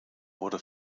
wurde